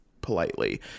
politely